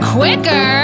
quicker